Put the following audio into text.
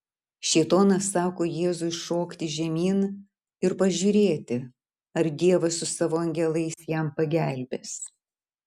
šėtonas sako jėzui šokti žemyn ir pažiūrėti ar dievas su savo angelais jam pagelbės